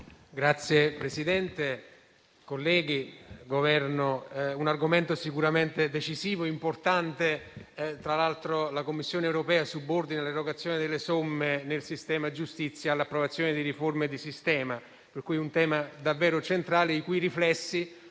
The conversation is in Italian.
Governo, colleghi, stiamo discutendo di un argomento sicuramente decisivo e importante. Tra l'altro, la Commissione europea subordina l'erogazione delle somme nel sistema giustizia all'approvazione di riforme di sistema, per cui il tema è davvero centrale e i suoi riflessi